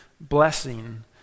blessing